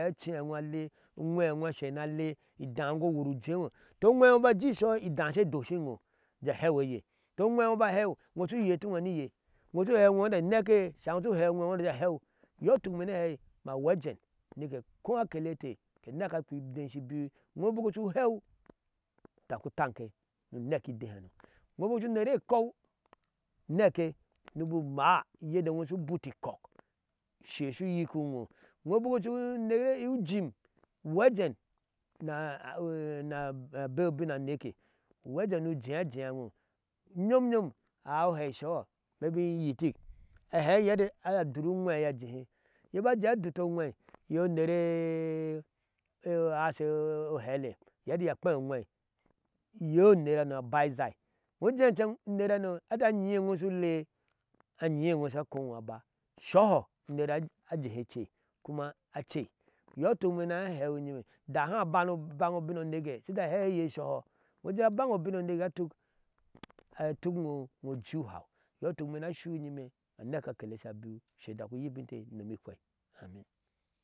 Acee ale uweno asher nale, ideawoho worojienwo, tua awenwo bajisuhu idea she doshino ja heiweye tua uwenwo bahi inwo suhetonwe riye? Wosu hei uwenwo ata neke shaya su hewo uwenwo atija heu yo ituk mena hei mahwejen nike ko akelete ke neka pwiide shi biwi nwobuku soheu, daku tanke no nekki dehano wobu kusu nere kou neke mobumaa yadenwo su butikɔk sheso yikkiyinwo wobukusa nere ujim whejen na na beabinne neke uwejen nojea jeanwo, yomyom ahaihei sohu me yinyittik aheye ati ador uweye ajehe yebajea adotto owei ye unere a a haso ohele ye tiye pwen uwei yeu nerhano abaizai wojecen unerhano ata ayinwo su lee, ayinwo sha konwoba soaho unerha ajehe ecei kuma acei, yotok mena hewin yime daha dani banyi shija hehiye soho? Woje abanro binno neke atuk atukwo woji uhau yo tuk mena sua yime maka akele sha biwi she dakku yikkinte inomi hweei amin.